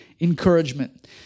encouragement